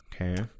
Okay